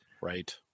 Right